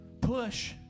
push